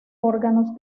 órganos